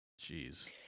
Jeez